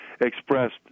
expressed